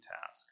task